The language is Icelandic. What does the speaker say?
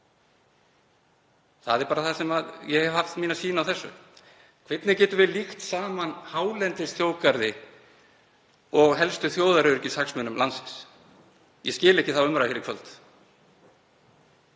Það er sú sýn sem ég hef haft á þetta. Hvernig getum við líkt saman hálendisþjóðgarði og helstu þjóðaröryggishagsmunum landsins? Ég skil ekki þá umræðu hér í kvöld.